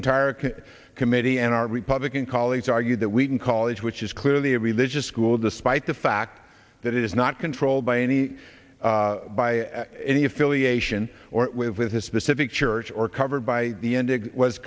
entire committee and our republican colleagues argue that we can call it which is clearly a religious school despite the fact that it is not controlled by any by any affiliation or with the specific church or covered by the